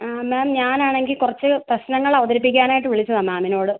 ആ മാം ഞാനാണെങ്കിൽ കുറച്ച് പ്രശ്നങ്ങൾ അവതരിപ്പിക്കാനായിട്ട് വിളിച്ചതാണ് മാമിനോട്